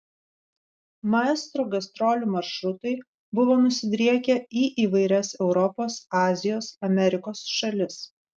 maestro gastrolių maršrutai buvo nusidriekę į įvairias europos azijos amerikos šalis